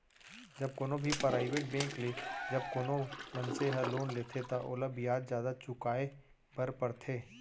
जब कोनो भी पराइबेट बेंक ले जब कोनो मनसे ह लोन लेथे त ओला बियाज जादा चुकाय बर परथे